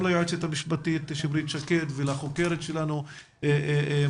ליועצת המשפטית שמרית שקד ולחוקרת שלנו מריה,